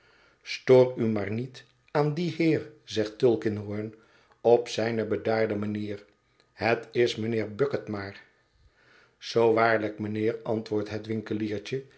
u maar niet aan dien heer zegt tulkinghorn op zijne bedaarde manier het is mijnheer bucket maar zoo waarlijk mijnheer antwoordt het